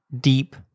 Deep